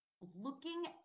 looking